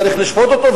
צריך לשפוט אותו,